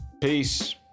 Peace